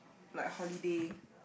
like holiday